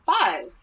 Five